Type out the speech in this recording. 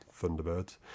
Thunderbirds